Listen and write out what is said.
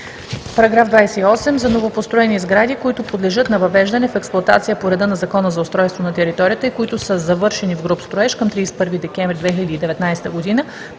§ 28: „§ 28. За новопостроени сгради, които подлежат на въвеждане в експлоатация по реда на Закона за устройство на територията и които са завършени в груб строеж към 31 декември 2019 г., но